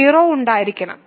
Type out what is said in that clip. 0 ഉണ്ടായിരിക്കണം